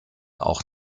auch